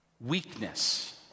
weakness